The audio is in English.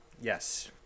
Yes